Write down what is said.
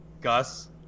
Gus